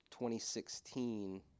2016